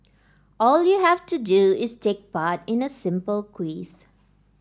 all you have to do is take part in a simple quiz